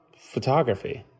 photography